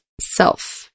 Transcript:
self